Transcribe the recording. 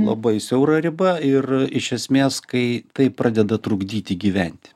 labai siaura riba ir iš esmės kai tai pradeda trukdyti gyventi